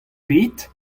pet